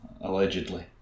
allegedly